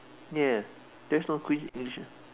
ya that's not Queen's English